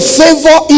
favor